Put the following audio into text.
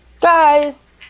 Guys